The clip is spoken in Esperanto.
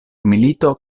milito